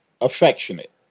affectionate